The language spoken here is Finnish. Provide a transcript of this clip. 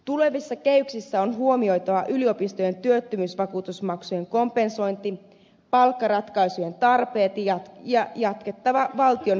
tulevissa kehyksissä on huomioitava yliopistojen työttömyysvakuutusmaksujen kompensointi ja palkkaratkaisujen tarpeet ja jatkettava valtion finanssisijoituksia